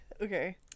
Okay